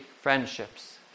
friendships